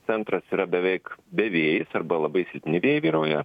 centras yra beveik bevėjis arba labai silpni vėjai vyrauja